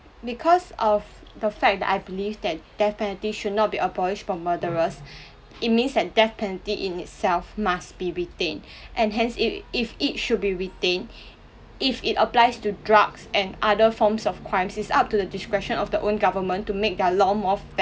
because of the fact that I believe that death penalty should not be abolished from murderers it means that death penalty in itself must be retained and hence it if it should be retained if it applies to drugs and other forms of crimes it's up to the discretion of the own government to make their law more